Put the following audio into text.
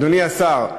אדוני השר,